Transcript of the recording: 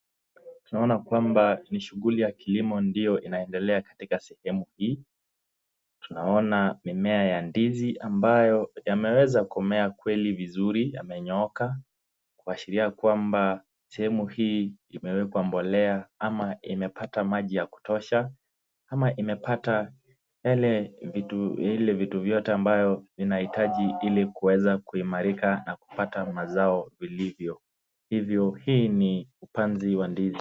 Tunaona kwamba ni shughuli ya kilimo ndiyo inayoendelea katika sehemu hii. Tunaona mimea ya ndizi ambayo yameweza kumea kweli vizuri, yamenyooka kuashiria kwamba sehemu hii imewekwa mbolea ama imepata maji ya kutosha ama imepata yale vitu vyote ambayo vinahitaji ili kuweza kuimarika na kupata mazao vilivyo. Hivyo hii ni upanzi wa ndizi .